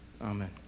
amen